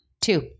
Two